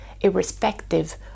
irrespective